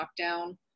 lockdown